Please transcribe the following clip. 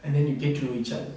and then you get to know each other